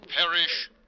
perish